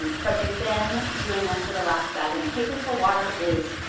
but they've been doing this for the last seven. paper for water is